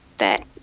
that